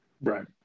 right